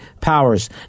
Powers